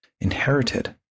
inherited